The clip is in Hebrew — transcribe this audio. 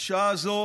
בשעה הזו